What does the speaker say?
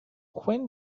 when